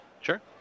Sure